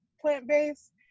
plant-based